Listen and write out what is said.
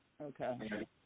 Okay